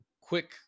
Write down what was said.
Quick